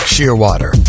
Shearwater